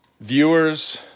viewers